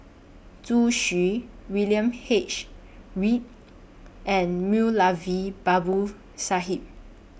Zhu Xu William H Read and Moulavi Babu Sahib